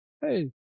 Hey